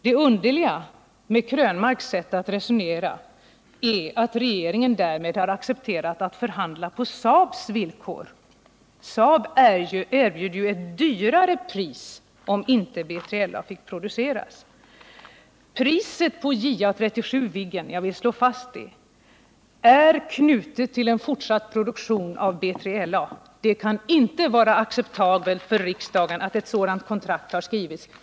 Det underliga med Eric Krönmarks sätt att resonera är att regeringen därmed har accepterat att förhandla på Saabs villkor. Saab erbjöd ju ett högre pris om inte B3LA fick produceras. Priset på JA 37 Viggen är — jag vill slå fast det — knutet till en fortsatt produktion av BJLA. Det kan inte vara acceptabelt för riksdagen att ett sådant kontrakt har skrivits.